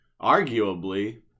arguably